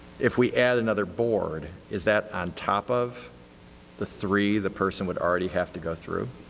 if we add another board, is that on top of the three the person would already have to go through?